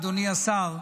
אדוני השר,